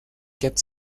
kept